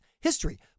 history